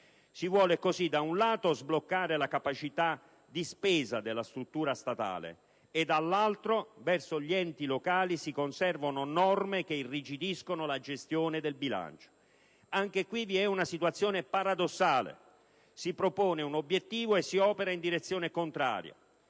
Si vuole così, da un lato, sbloccare la capacità di spesa della struttura statale e, dall'altro, verso gli enti locali si conservano norme che irrigidiscono la gestione del bilancio. Anche qui vi è una situazione paradossale, si propone un obiettivo e si opera in direzione contraria.